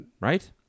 Right